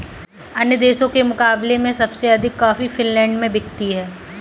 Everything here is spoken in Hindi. अन्य देशों के मुकाबले में सबसे अधिक कॉफी फिनलैंड में बिकती है